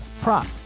prop